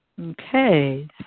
Okay